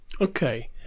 Okay